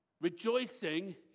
Rejoicing